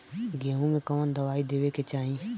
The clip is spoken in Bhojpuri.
गेहूँ मे कवन दवाई देवे के चाही?